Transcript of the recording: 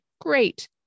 great